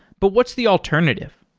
but what's the alternative?